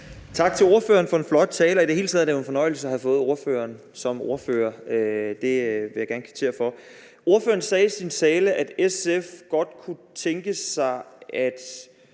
Tak til ordføreren for en flot tale, og i det hele taget er det jo en fornøjelse at have fået ordføreren som ordfører; det vil jeg gerne kvittere for. Ordføreren sagde i sin tale, at SF godt kunne tænke sig, at